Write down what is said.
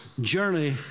journey